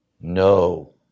No